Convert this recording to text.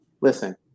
Listen